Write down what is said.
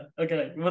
okay